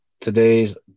Today's